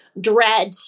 dread